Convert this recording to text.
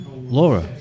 Laura